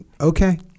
okay